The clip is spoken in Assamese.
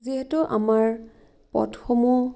যিহেতু আমাৰ পথসমূহ